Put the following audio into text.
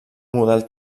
model